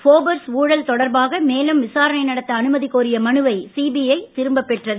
ஃபோபர்ஸ் ஊழல் தொடர்பாக மேலும் விசாரணை நடத்த அனுமதிக்கோரிய மனுவை சிபிஐ திரும்ப பெற்றது